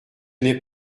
n’est